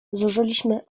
zużyliśmy